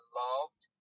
loved